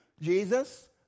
Jesus